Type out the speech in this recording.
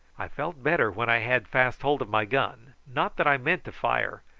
i felt better when i had fast hold of my gun not that i meant to fire,